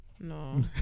No